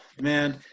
man